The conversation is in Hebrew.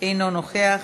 אינו נוכח,